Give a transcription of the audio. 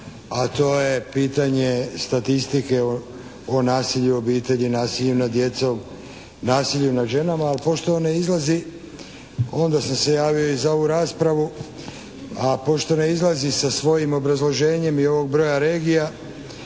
a to je pitanje statistike o nasilju u obitelji, o nasilju nad djecom, nasilju nad ženama. Pošto on ne izlazi onda sam se javio i za ovu raspravu a pošto ne izlazi sa svojim obrazloženjem i ovog broja regija